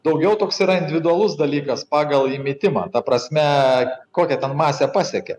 daugiau toks yra individualus dalykas pagal įmitimą ta prasme kokia ten masę pasiekė